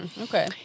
Okay